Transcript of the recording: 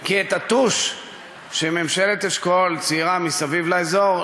כי בטוש שבו ממשלת אשכול ציירה מסביב לאזור,